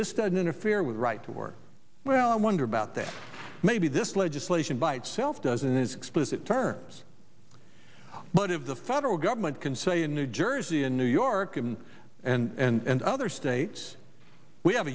this doesn't interfere with right to work well i wonder about that maybe this legislation by itself doesn't is explicit terms but of the federal government can say in new jersey and new york and and other states we have